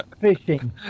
fishing